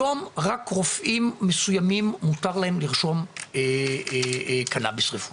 היום רק רופאים מסוימים מותר לרשום קנאביס רפואי.